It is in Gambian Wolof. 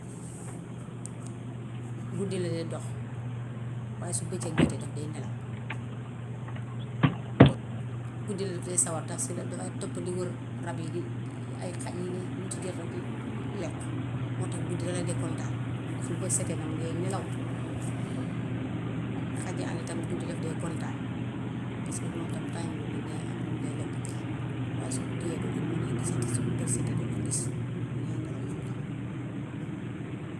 Guddi la dee dox waaye su bëccëg jotee daf dee nelaw. Gudde la dee sawar ndax si dafaay topp di wër rab yi di di ay xaj yii nii yum ci jot rekk lekk. Moo tax guddi dalee de kontaan. Su bët setee nag mu ngee nelaw. Xaji àll tam guddi daf dee kontaan paska ñoom tam time boobu lan dee am luñ dee lekk. Waaye su kii yee doo lenn mën a gisati sibu bët setee doo leen gis. Ñi ngee nelaw ñoom itam.